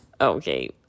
okay